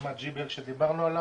לדוגמא GBL שדיברנו עליו,